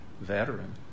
veteran